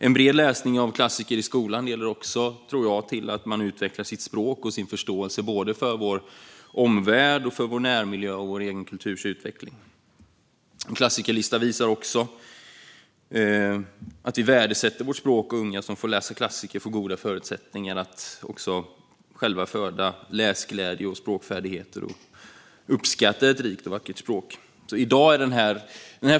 En bred läsning av klassiker i skolan leder också, tror jag, till att man utvecklar sitt språk och sin förståelse för vår omvärld, för vår närmiljö och för vår egen kulturs utveckling. En klassikerlista visar också att vi värdesätter vårt språk. Unga som får läsa klassiker får goda förutsättningar att också själva få läsglädje, språkfärdigheter och uppskatta ett rikt och vackert språk.